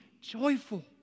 joyful